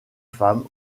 femmes